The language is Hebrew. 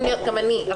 גם אני,